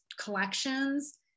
collections